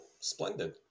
Splendid